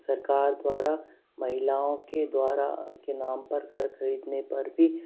सरकार द्वारा महिलाओं के द्वारा के नाम पर घर खरीदने पर भी